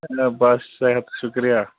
ہے بَس صحت شُکریہ